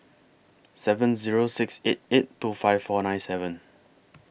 seven Zero six eight eight two five four nine seven